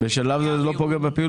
בשלב הזה זה לא פוגע בפעילות.